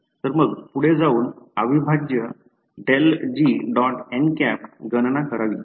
तर मग पुढे जाऊन अविभाज्य गणना करावी